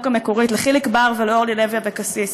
המקורית: לחיליק בר ולאורלי לוי אבקסיס,